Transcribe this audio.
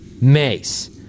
mace